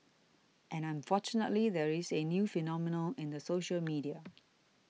and unfortunately there is a new phenomenon in the social media